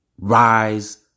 Rise